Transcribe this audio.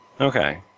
Okay